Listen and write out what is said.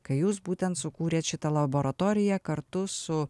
kai jūs būtent sukūrėt šitą laboratoriją kartu su